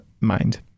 mind